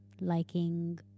liking